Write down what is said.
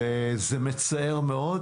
זה מצער מאוד,